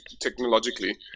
technologically